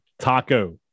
Taco